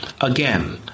again